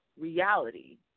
reality